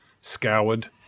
scoured